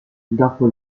dopo